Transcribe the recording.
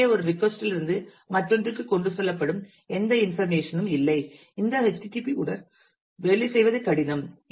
எனவே ஒரு ரெட்கொஸ்ட் லிருந்து மற்றொன்றுக்கு கொண்டு செல்லப்படும் எந்த இன்ஃபர்மேஷன் ம் இல்லை இந்த http உடன் வேலை செய்வது கடினம்